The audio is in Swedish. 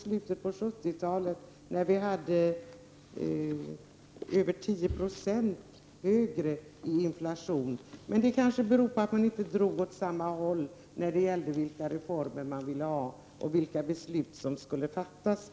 slutet på 70-talet när vi hade över 10 90 högre inflation. Det kanske berodde på att man på den tiden inte drog åt samma håll i fråga om vilka reformer man ville ha och vilka beslut som skulle fattas.